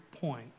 point